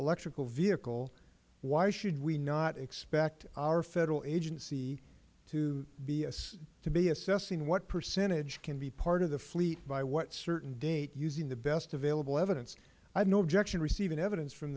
electrical vehicle why should we not expect our federal agency to be assessing what percentage can be part of the fleet by what certain date using the best available evidence i have no objection receiving evidence from